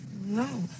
No